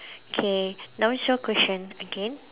K now is your question again